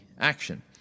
action